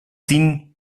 sinn